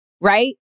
right